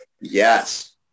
Yes